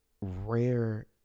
rare